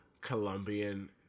Colombian